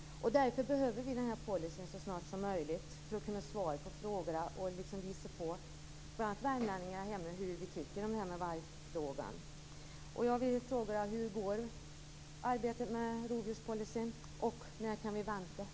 Därför behöver vi den här policyn så snart som möjligt, för att kunna svara på frågorna och redovisa bl.a. för värmlänningarna där hemma vad vi tycker i vargfrågan.